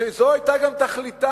שזאת היתה תכליתה